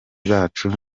bacu